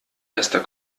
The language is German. bester